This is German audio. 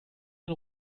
ein